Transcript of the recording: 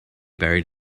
buried